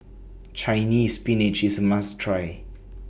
Chinese Spinach IS A must Try